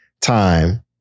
time